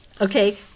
Okay